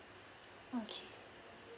okay